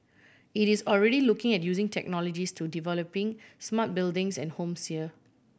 it is already looking at using technologies to developing smart buildings and homes here